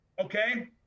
Okay